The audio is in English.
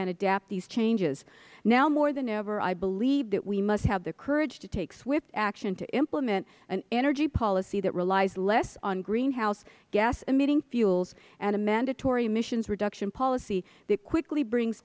adapt these changes now more than ever i believe that we must have the courage to take swift action to implement an energy policy that relies less on greenhouse gas emitting fuels and a mandatory emissions reduction policy that quickly brings